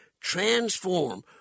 transform